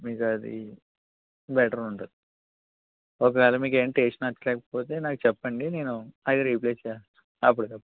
మీకు అది బెటర్ ఉంటుంది ఒకవేళ మీకు ఏమి టేస్ట్ నచ్చకపోతే నాకు చెప్పండి నేను అవి రీప్లేస్ చేస్తాను అప్పుడుకప్పుడు